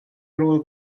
rawl